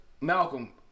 Malcolm